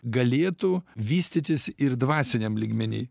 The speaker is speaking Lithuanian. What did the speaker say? galėtų vystytis ir dvasiniam lygmeny